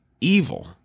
evil